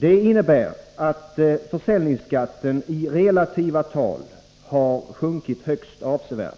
Det innebär att försäljningsskatten i relativa tal har sjunkit högst avsevärt,